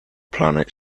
planet